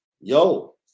Yo